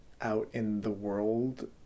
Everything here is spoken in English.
out-in-the-world